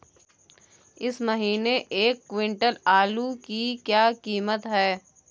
इस महीने एक क्विंटल आलू की क्या कीमत है?